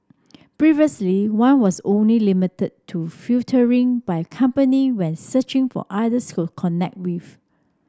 previously one was only limited to filtering by company when searching for others go connect with